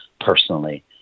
personally